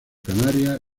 canaria